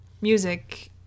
music